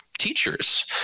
Teachers